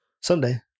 someday